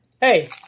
Hey